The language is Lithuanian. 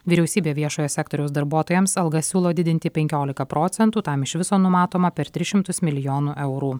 vyriausybė viešojo sektoriaus darbuotojams algas siūlo didinti penkiolika procentų tam iš viso numatoma per tris šimtus milijonų eurų